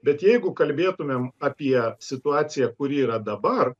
bet jeigu kalbėtumėm apie situaciją kuri yra dabar